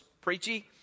preachy